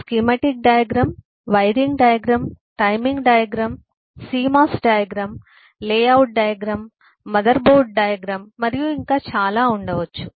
schematic diagram wiring diagram timing diagram CMOS diagram layout diagram motherboard diagram మరియు ఇంకా చాలా ఉండవచ్చు